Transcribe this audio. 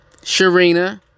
Sharina